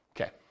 Okay